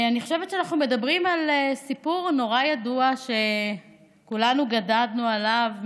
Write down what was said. אני חושבת שאנחנו מדברים על סיפור נורא ידוע שכולנו גדלנו עליו.